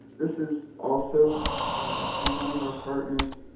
this is also from one of our partners,